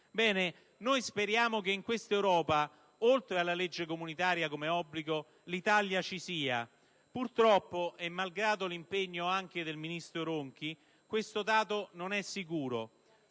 Bene, speriamo che in questa Europa - oltre che con la legge comunitaria, che è un obbligo - l'Italia ci sia. Purtroppo, malgrado l'impegno anche del ministro Ronchi, questo dato non è sicuro.